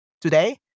today